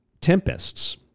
tempests